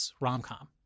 rom-com